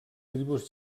tribus